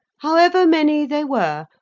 however many they were,